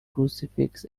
crucifix